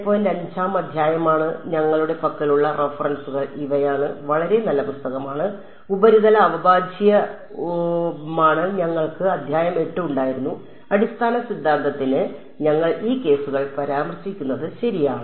5 ാം അധ്യായമാണ് ഞങ്ങളുടെ പക്കലുള്ള റഫറൻസുകൾ ഇവയാണ് വളരെ നല്ല പുസ്തകമാണ് ഉപരിതല അവിഭാജ്യമാണ് ഞങ്ങൾക്ക് അധ്യായം 8 ഉണ്ടായിരുന്നു അടിസ്ഥാന സിദ്ധാന്തത്തിന് ഞങ്ങൾ ഈ കേസുകൾ പരാമർശിക്കുന്നത് ശരിയാണ്